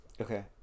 Okay